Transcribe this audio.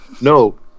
no